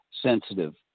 sensitive